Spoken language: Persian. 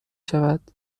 شود